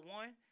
one